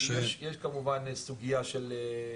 יש כמובן סוגיה של גם,